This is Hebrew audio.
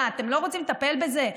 מה, אתם לא רוצים לטפל בזה?